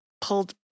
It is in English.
pulled